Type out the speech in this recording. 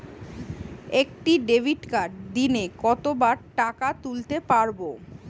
একটি ডেবিটকার্ড দিনে কতবার টাকা তুলতে পারব?